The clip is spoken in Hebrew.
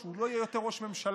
שהוא לא יהיה יותר ראש ממשלה"